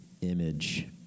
image